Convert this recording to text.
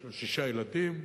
יש לו שישה ילדים,